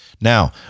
Now